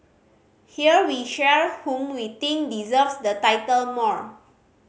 here we share whom we think deserves the title more